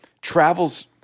Travel's